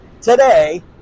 today